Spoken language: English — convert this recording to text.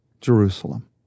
Jerusalem